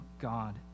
God